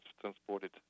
transported